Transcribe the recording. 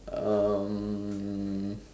um